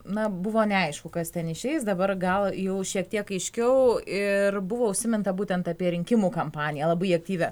na buvo neaišku kas ten išeis dabar gal jau šiek tiek aiškiau ir buvo užsiminta būtent apie rinkimų kampaniją labai aktyvią